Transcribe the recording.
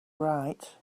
right